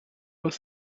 was